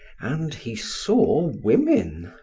and he saw women.